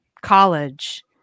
college